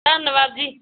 ਧੰਨਵਾਦ ਜੀ